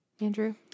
Andrew